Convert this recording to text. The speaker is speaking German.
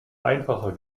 einfacher